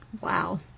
wow